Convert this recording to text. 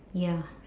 ya